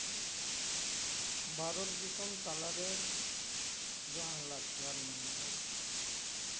ᱵᱷᱟᱨᱚᱛ ᱫᱤᱥᱚᱢ ᱛᱟᱞᱟᱨᱮ ᱡᱟᱦᱟᱸ ᱞᱟᱠᱪᱟᱨ ᱢᱮᱱᱟᱜᱼᱟ